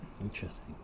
Interesting